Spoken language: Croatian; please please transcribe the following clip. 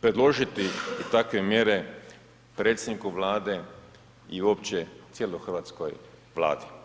predložiti takve mjere predsjedniku Vlade i uopće cijeloj hrvatskoj Vladi.